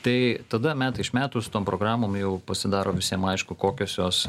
tai tada metai iš metų su tom programom jau pasidaro visiem aišku kokios jos